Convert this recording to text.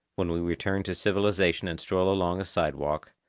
when we return to civilization and stroll along a sidewalk,